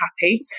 happy